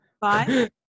bye